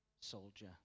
soldier